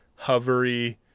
hovery